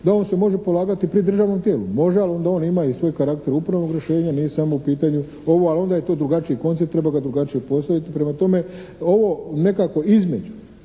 da on se može polagati pri državnom tijelu. Može da on ima i svoj karakter upravnog rješenja, nije samo u pitanju ovo, ali onda je to drugačiji koncept, treba ga drugačije postaviti. Prema tome, ovo nekako između